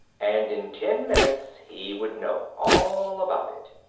and in ten minutes he would know all about it.